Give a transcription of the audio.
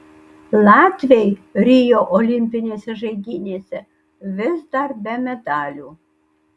latviai rio olimpinėse žaidynėse vis dar be medalių